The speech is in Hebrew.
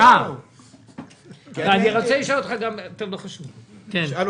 כבוד היושב-ראש, אני חושב שלא נכון לאשר